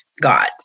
God